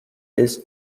its